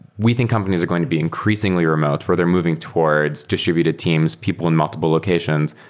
we think companies are going to be increasingly remote where they're moving towards distributed teams, people in multiple locations,